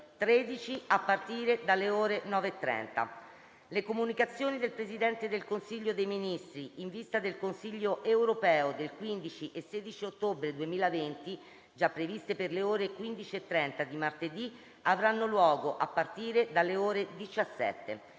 13 a partire dalle ore 9,30. Le comunicazioni del Presidente del Consiglio dei ministri in vista del Consiglio europeo del 15 e 16 ottobre 2020, già previste per le ore 15,30 di martedì, avranno luogo a partire dalle ore 17.